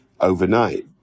overnight